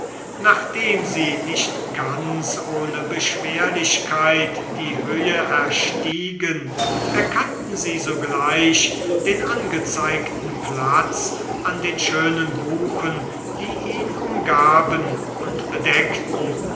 nachdem sie nicht ganz ohne beschwerlichkeit die höhe erstiegen erkannten sie sogleich den angezeigten platz an den schönen buchen die ihn umgaben und bedeckten